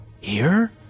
Here